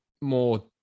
more